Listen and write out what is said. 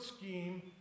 scheme